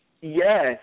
Yes